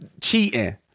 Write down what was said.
cheating